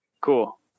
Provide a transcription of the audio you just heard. Cool